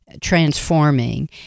transforming